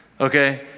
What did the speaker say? okay